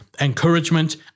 encouragement